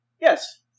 Yes